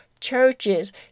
churches